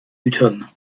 gütern